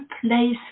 place